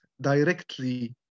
directly